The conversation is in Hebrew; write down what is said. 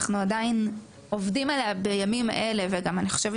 אנחנו עדיין עובדים עליה בימים אלה אני חושבת